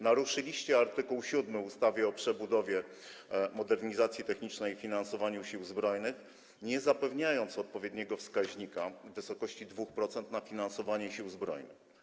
Naruszyliście art. 7 ustawy o przebudowie i modernizacji technicznej oraz finansowaniu Sił Zbrojnych, nie zapewniając odpowiedniego wskaźnika w wysokości 2% na finansowanie Sił Zbrojnych.